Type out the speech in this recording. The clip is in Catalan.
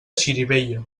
xirivella